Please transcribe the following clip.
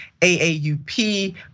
AAUP